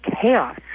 chaos